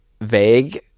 vague